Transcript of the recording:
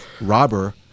robber